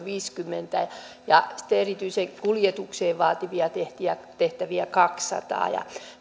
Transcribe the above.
viisikymmentä ja sitten erityisen kuljetuksen vaativia tehtäviä tehtäviä kaksisataa